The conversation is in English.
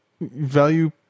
value